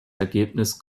ergebnis